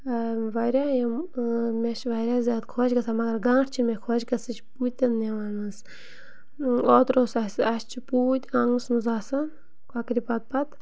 واریاہ یِم مےٚ چھِ واریاہ زیادٕ خۄش گژھان مگر گانٛٹھ چھِ مےٚ خۄش گژھان یہِ چھِ پوٗتٮ۪ن نِوان حظ اوترٕ اوس اَسہِ اَسہِ چھُ پوٗتۍ آنٛگنَس منٛز آسان کۄکرِ پَتہٕ پَتہٕ